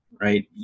right